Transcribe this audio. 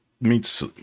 meets